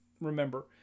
remember